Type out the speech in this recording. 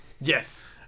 Yes